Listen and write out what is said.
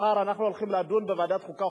מחר אנחנו הולכים לדון בוועדת החוקה,